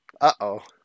Uh-oh